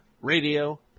Radio